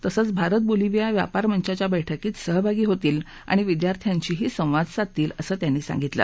तसद्वभारत Bolivia व्यापार मंचाच्या बस्कीत सहभागी होतील आणि विद्यार्थ्यांशीही संवाद साधतील असं त्यांनी सांगितलं